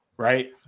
Right